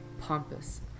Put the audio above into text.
Pompous